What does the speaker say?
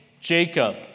Jacob